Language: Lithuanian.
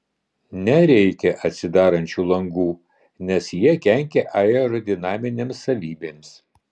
nereikia atsidarančių langų nes jie kenkia aerodinaminėms savybėms